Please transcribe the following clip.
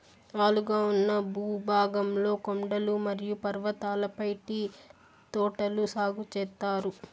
వాలుగా ఉన్న భూభాగంలో కొండలు మరియు పర్వతాలపై టీ తోటలు సాగు చేత్తారు